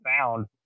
found